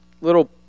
little